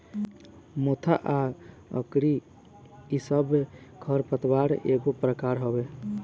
मोथा आ अकरी इ सब खर पतवार एगो प्रकार हवे